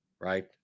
Right